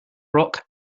rock